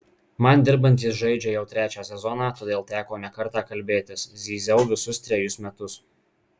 man dirbant jis žaidžia jau trečią sezoną todėl teko ne kartą kalbėtis zyziau visus trejus metus